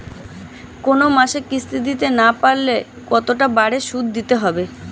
কোন মাসে কিস্তি না দিতে পারলে কতটা বাড়ে সুদ দিতে হবে?